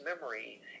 memory